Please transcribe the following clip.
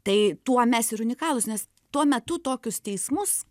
tai tuo mes ir unikalūs nes tuo metu tokius teismus